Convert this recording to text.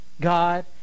God